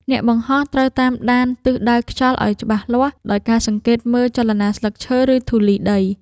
អ្នកបង្ហោះត្រូវតាមដានទិសដៅខ្យល់ឱ្យច្បាស់លាស់ ដោយការសង្កេតមើលចលនាស្លឹកឈើ ឬធូលីដី។